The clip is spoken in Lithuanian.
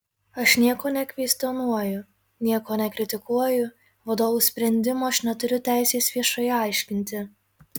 aš nieko nekvestionuoju nieko nekritikuoju vadovų sprendimo aš neturiu teisės viešai aiškinti